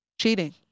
cheating